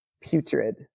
putrid